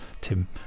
Tim